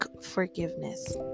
forgiveness